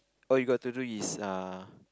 all you got to do is uh